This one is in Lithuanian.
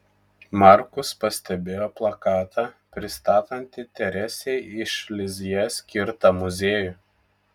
markus pastebėjo plakatą pristatantį teresei iš lizjė skirtą muziejų